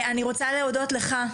אני רוצה להודות לך,